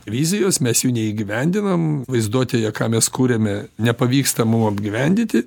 vizijos mes jų neįgyvendinam vaizduotėje ką mes kuriame nepavyksta mum apgyvendinti